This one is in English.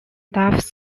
duff